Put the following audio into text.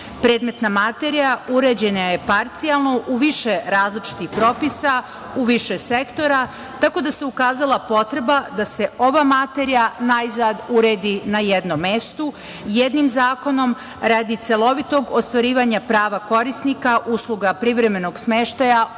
zajednici. Predmetna materija uređena je parcijalno u više različitih propisa, u više sektora, tako da se ukazala potreba da se ova materija najzad uredi na jednom mestu, jednim zakonom radi celovitog ostvarivanja prava korisnika usluga privremenog smeštaja u